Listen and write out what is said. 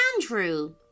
Andrew